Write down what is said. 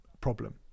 problem